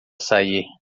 sair